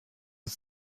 uns